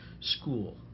school